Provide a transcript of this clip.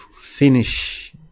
finish